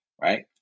right